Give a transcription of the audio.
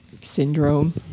syndrome